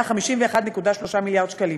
היה 51.3 מיליארד שקלים.